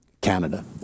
Canada